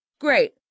Great